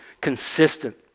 consistent